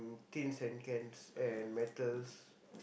tins and cans and metals